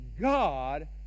god